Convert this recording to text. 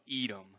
Edom